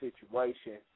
situation